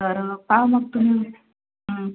तर पहा मग तुम्ही